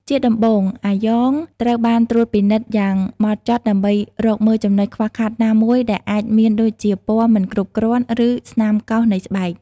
ជាដំបូង អាយ៉ងត្រូវបានត្រួតពិនិត្យយ៉ាងហ្មត់ចត់ដើម្បីរកមើលចំណុចខ្វះខាតណាមួយដែលអាចមានដូចជាពណ៌មិនគ្រប់គ្រាន់ឬស្នាមកោសនៃស្បែក។